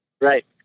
Right